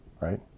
right